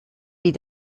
wie